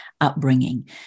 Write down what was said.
upbringing